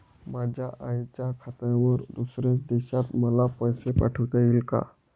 माझ्या आईच्या खात्यावर दुसऱ्या देशात मला पैसे पाठविता येतील का?